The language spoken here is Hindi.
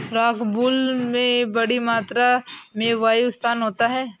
रॉकवूल में बड़ी मात्रा में वायु स्थान होता है